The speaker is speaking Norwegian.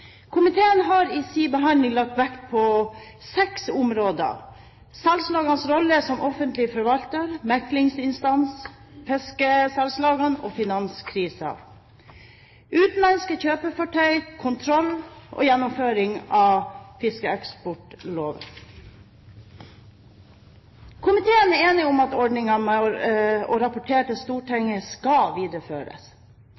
Komiteen har i sin behandling lagt vekt på seks områder: salgslagenes rolle som offentlig forvalter meklingsinstans fiskesalgslagene og finanskrisen utenlandske kjøpefartøy kontroll gjennomføring av fiskeeksportloven Komiteen er enig om at ordningen med å rapportere til